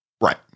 Right